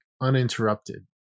uninterrupted